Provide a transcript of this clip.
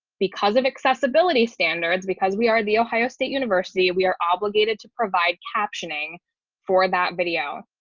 because of accessibility standards, because we are the ohio state university we are obligated to provide captioning for that video.